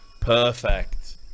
Perfect